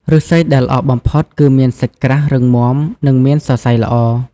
ឫស្សីដែលល្អបំផុតគឺមានសាច់ក្រាស់ រឹងមាំ និងមានសរសៃល្អ។